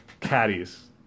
Caddies